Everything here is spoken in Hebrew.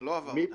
לא עבר עדיין?